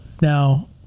now